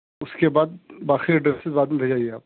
اُس کے بعد باقی ڈریسز بعد میں بھیجیے آپ